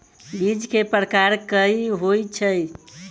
बीज केँ प्रकार कऽ होइ छै?